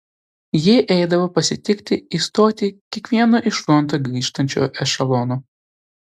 ji eidavo pasitikti į stotį kiekvieno iš fronto grįžtančio ešelono